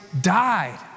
died